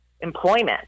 employment